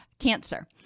cancer